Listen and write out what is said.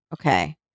Okay